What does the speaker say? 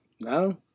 no